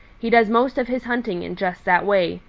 he does most of his hunting in just that way,